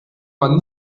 man